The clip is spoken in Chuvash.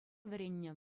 вӗреннӗ